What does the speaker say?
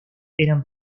eran